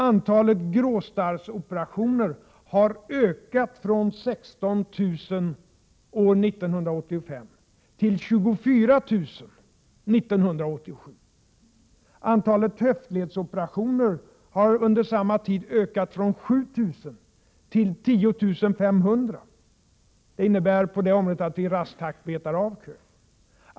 Antalet gråstarrsoperationer har ökat från 16 000 år 1985 till 24 000 år 1987. Antalet höftledsoperationer har under samma tid ökat från 7 000 till 10 500. Det innebär att vi i rask takt betar av kön på det området.